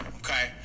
okay